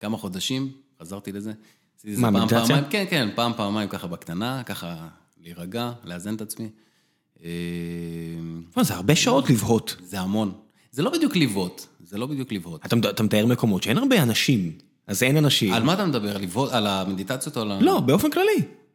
כמה חודשים, חזרתי לזה. מה, מדיטציה? כן, כן, פעם, פעמיים, ככה בקטנה, ככה להירגע, להזן את עצמי. זה הרבה שעות לבהות. זה המון. זה לא בדיוק לבהות, זה לא בדיוק לבהות. אתה מתאר מקומות שאין הרבה אנשים, אז אין אנשים... על מה אתה מדבר? על המדיטציות או על... לא, באופן כללי.